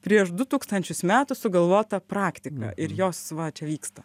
prieš du tūkstančius metų sugalvota praktika ir jos va čia vyksta